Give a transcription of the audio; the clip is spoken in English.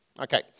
Okay